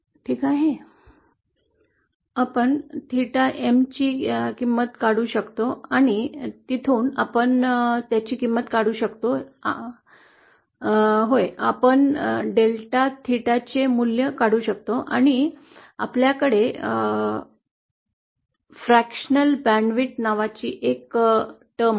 त्यामुळे आपण theta M ची किंमत शोधून काढू शकतो आणि तिथून आपण त्याची किंमत शोधू शकतो ओह आपण डेल्टा थेटाचे मूल्य शोधू शकतो आणि आपल्याकडे अंशतः बँड रुंदी नावाची संज्ञा आहे